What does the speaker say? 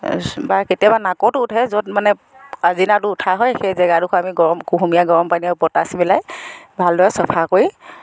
বা কেতিয়াবা নাকটো উঠে য'ত মানে আচিনাইটো উঠা হয় সেই জেগাডোখৰ আমি কুহুমীয়া গৰম পানীয়ে প'টাছ মিলাই ভালদৰে চফা কৰি